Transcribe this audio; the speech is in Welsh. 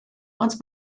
ond